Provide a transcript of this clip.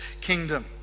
kingdom